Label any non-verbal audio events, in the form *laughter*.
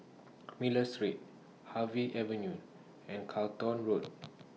*noise* Miller Street Harvey Avenue and Charlton Road